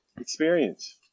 experience